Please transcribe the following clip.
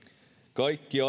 kaikki